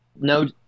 no